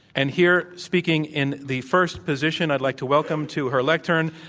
and here speaking in the first position, i'd like to welcome to her lectern,